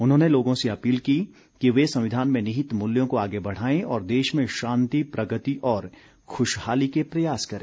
उन्होंने लोगों से अपील की कि वे संविधान में निहित मूल्यों को आगे बढ़ाएं और देश में शांति प्रगति और खुशहाली के प्रयास करें